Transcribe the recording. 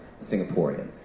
Singaporean